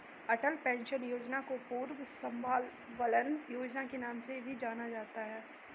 अटल pension योजना को पूर्व में स्वाबलंबन योजना के नाम से भी जाना जाता था